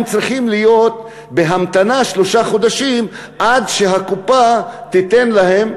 הם צריכים להיות בהמתנה שלושה חודשים עד שהקופה תיתן להם,